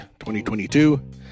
2022